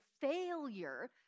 failure